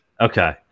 Okay